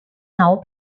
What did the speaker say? now